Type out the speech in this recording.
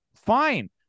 Fine